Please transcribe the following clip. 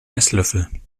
esslöffel